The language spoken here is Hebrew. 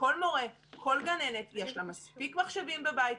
כל מורה, כל גננת, ויש לה מספיק מחשבים בבית.